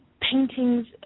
paintings